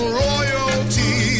royalty